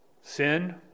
Sin